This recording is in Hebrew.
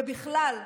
ובכלל,